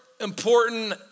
important